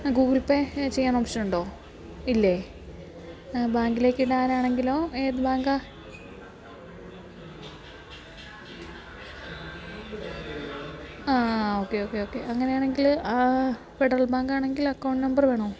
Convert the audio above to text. ആ Google Pay ചെയ്യാൻ ഓപ്ഷനുണ്ടോ ഇല്ലേ ബാങ്കിലേക്ക് ഇടാനാണെങ്കിലോ ഏതു ബാങ്കാണ് ആ ഓക്കെ ഓക്കെ ഓക്കെ അങ്ങനെയാണെങ്കിൽ ഫെഡറൽ ബാങ്കാണെങ്കിൽ അക്കൗണ്ട് നമ്പർ വേണോ